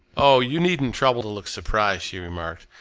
oh! you needn't trouble to look surprised, she remarked.